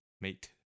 Mate